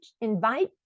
invite